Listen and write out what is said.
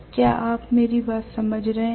क्या आप मेरी बात समझ रहे हैं